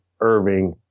Irving